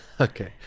Okay